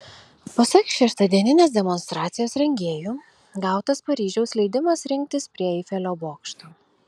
pasak šeštadieninės demonstracijos rengėjų gautas paryžiaus leidimas rinktis prie eifelio bokšto